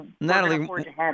Natalie